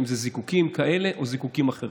אם זה זיקוקים כאלה או זיקוקים אחרים.